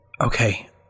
Okay